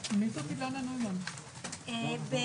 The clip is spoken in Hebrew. הישיבה ננעלה בשעה 16:36.